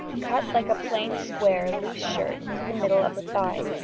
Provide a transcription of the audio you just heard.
cut like a plain square loose shirt to the middle of the thigh,